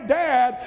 dad